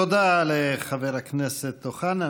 תודה לחבר הכנסת אוחנה.